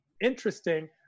interesting